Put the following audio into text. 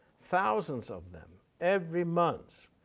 thousands of them every month,